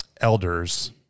elders